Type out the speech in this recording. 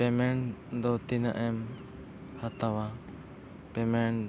ᱫᱚ ᱛᱤᱱᱟᱹᱜ ᱮᱢ ᱦᱟᱛᱟᱣᱟ